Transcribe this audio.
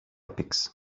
picks